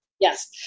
Yes